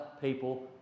people